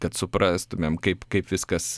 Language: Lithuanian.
kad suprastumėm kaip kaip viskas